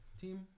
team